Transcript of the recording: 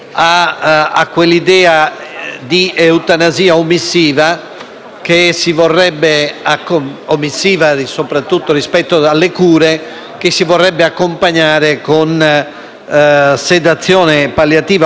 che si vorrebbe accompagnare con sedazione palliativa profonda e continua, cioè con quel